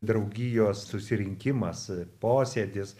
draugijos susirinkimas posėdis